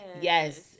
Yes